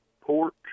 porch